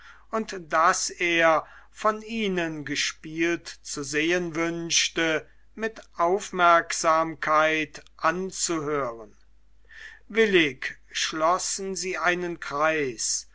und das er von ihnen gespielt zu sehen wünschte mit aufmerksamkeit anzuhören willig schlossen sie einen kreis